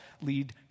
lead